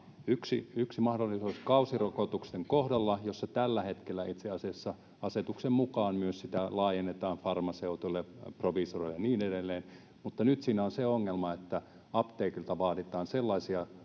Yksi mahdollisuus olisi kausirokotusten kohdalla, jota tällä hetkellä itse asiassa asetuksen mukaan myös laajennetaan farmaseuteille ja proviisoreille ja niin edelleen. Mutta nyt siinä on se ongelma, että apteekeilta vaaditaan tiloille